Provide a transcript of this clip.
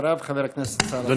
אחריו, חבר הכנסת סאלח סעד.